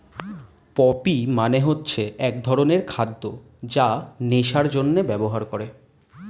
poppy মানে হচ্ছে এক ধরনের খাদ্য যা নেশার জন্যে ব্যবহার করে